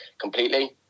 completely